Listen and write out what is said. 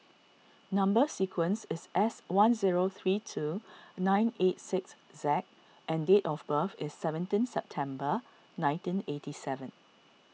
Number Sequence is S one zero three two nine eight six Zac and date of birth is seventeen September nineteen eighty seven